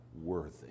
worthy